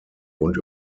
und